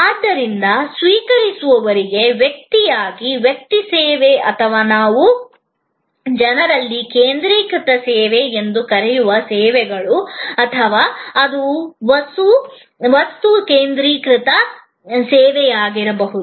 ಆದ್ದರಿಂದ ಸ್ವೀಕರಿಸುವವರಿಗೆ ವ್ಯಕ್ತಿಯಾಗಿ ವ್ಯಕ್ತಿ ಸೇವೆ ಅಥವಾ ನಾವು ಜನರನ್ನು ಕೇಂದ್ರೀಕೃತ ಸೇವೆ ಎಂದು ಕರೆಯುವ ಸೇವೆಗಳು ಅಥವಾ ಅದು ವಸ್ತು ಕೇಂದ್ರಿತ ಸೇವೆಯಾಗಿರಬಹುದು